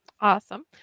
Awesome